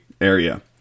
area